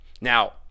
Now